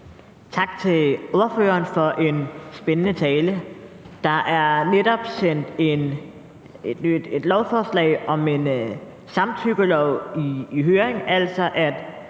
Tak til ordføreren for en spændende tale. Der er netop sendt et lovforslag om en samtykkelov i høring, altså